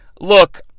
Look